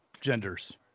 genders